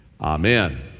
Amen